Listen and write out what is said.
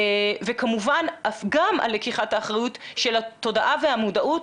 כמובן גם לקיחת אחריות על התודעה והמודעות